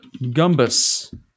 Gumbus